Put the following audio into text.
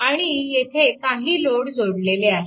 आणि येथे काही लोड जोडलेले आहे